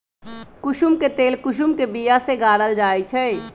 कुशुम के तेल कुशुम के बिया से गारल जाइ छइ